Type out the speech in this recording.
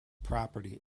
property